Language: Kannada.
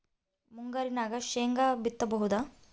ಮುಂಗಾರಿನಾಗ ಶೇಂಗಾ ಬಿತ್ತಬಹುದಾ?